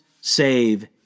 save